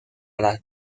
las